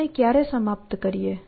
આપણે ક્યારે સમાપ્ત કરીએ